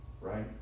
right